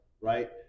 right